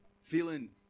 feeling